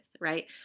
right